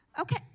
okay